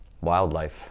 wildlife